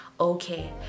Okay